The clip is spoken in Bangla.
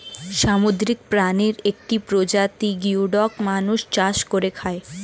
সামুদ্রিক প্রাণীর একটি প্রজাতি গিওডক মানুষ চাষ করে খায়